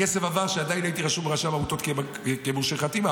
הכסף עבר כשעדיין הייתי רשום ברשם העמותות כמורשה חתימה,